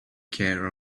care